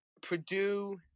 Purdue